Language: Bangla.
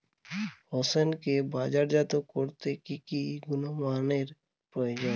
হোসেনকে বাজারজাত করতে কি কি গুণমানের প্রয়োজন?